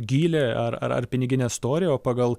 gylį ar ar piniginės storį o pagal